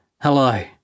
Hello